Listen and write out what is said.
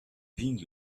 pink